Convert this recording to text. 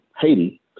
Haiti